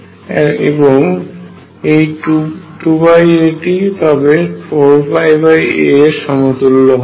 এবং এই 2 a টি তবে 4a এর সমতুল্য হবে